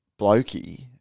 blokey